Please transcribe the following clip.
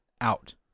out